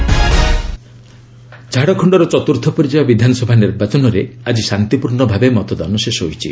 Jharkhand polling ଝାଡ଼ଖଣ୍ଡର ଚତ୍ର୍ଥ ପର୍ଯ୍ୟାୟ ବିଧାନସଭା ନିର୍ବାଚନରେ ଆଜି ଶାନ୍ତିପୂର୍ଣ୍ଣ ଭାବେ ମତଦାନ ଶେଷ ହୋଇଛି